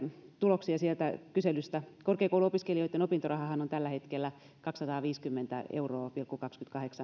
tuloksia sieltä kyselystä korkeakouluopiskelijoitten opintorahahan on tällä hetkellä kaksisataaviisikymmentä pilkku kaksikymmentäkahdeksan euroa